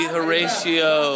Horatio